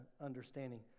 understanding